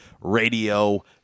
Radio